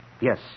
Yes